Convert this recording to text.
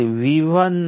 તેથી આ 0